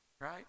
right